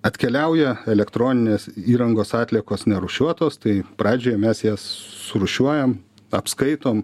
atkeliauja elektroninės įrangos atliekos nerūšiuotos tai pradžioj mes jas surūšiuojam apskaitom